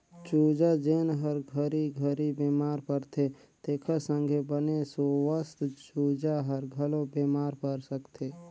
चूजा जेन हर घरी घरी बेमार परथे तेखर संघे बने सुवस्थ चूजा हर घलो बेमार पर सकथे